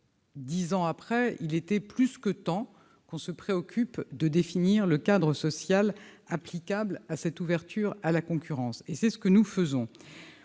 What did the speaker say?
Dix ans après, il était plus que temps de définir le cadre social applicable à cette ouverture à la concurrence ; c'est ce que nous faisons.